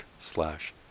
slash